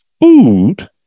food